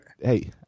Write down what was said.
Hey